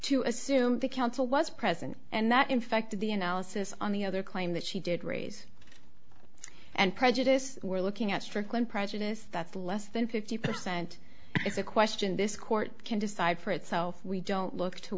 to assume the counsel was present and that infected the analysis on the other claim that she did raise and prejudice we're looking at strickland prejudice that's less than fifty percent it's a question this court can decide for itself we don't look to